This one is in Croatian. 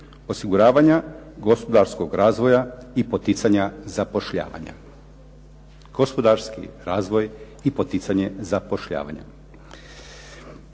osiguravanja gospodarskog razvoja i poticanja zapošljavanja."